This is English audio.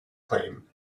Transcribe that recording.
claim